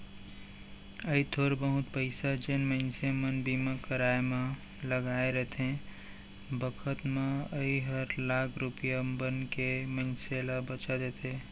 अइ थोर बहुत पइसा जेन मनसे मन बीमा कराय म लगाय रथें बखत म अइ हर लाख रूपया बनके मनसे ल बचा देथे